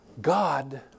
God